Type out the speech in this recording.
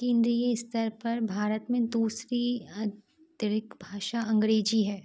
केन्द्रीय स्तर पर भारत में दूसरी अतिरिक्त भाषा अंग्रेजी हैं